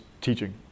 teaching